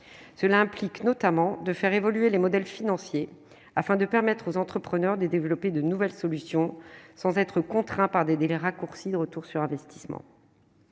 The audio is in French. cela implique notamment de faire évoluer les modèles financiers afin de permettre aux entrepreneurs de développer de nouvelles solutions sans être contraint par des délais raccourcis, de retour sur investissement,